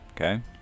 Okay